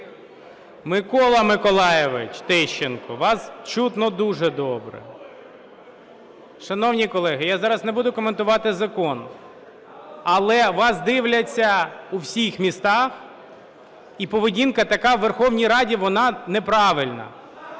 Микола Миколайович Тищенко, вас чутно дуже добре. Шановні колеги, я зараз не буду коментувати закон, але вас дивляться у всіх містах і поведінка така у Верховній Раді, вона неправильна.